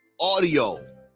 audio